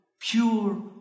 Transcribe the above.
pure